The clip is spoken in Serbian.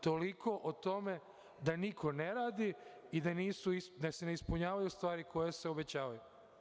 Toliko o tome da niko ne radi i da se ne ispunjavaju stvari koje se obećavaju.